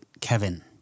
Kevin